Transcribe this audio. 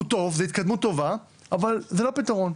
זה טוב, זה התקדמות טובה, אבל זה לא פתרון.